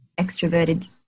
extroverted